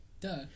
duh